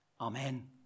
Amen